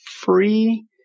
free